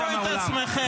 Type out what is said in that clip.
תראו את עצמכם.